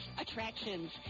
Attractions